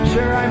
Sure